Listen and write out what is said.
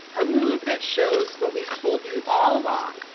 a move that shows what we've told you all along,